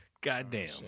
Goddamn